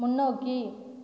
முன்னோக்கி